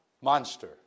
monster